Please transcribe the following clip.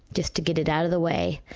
just to get it out of the way,